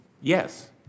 Yes